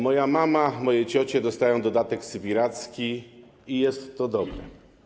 Moja mama, moje ciocie dostają dodatek sybiracki - i jest to dobre.